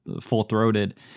Full-throated